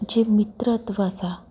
जें मित्रत्व आसा